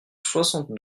soixante